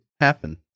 happen